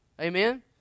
Amen